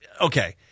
okay